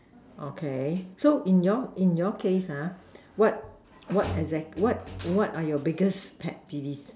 okay so in your in your case ha what what exact what what are your biggest pet peeves